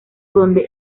donde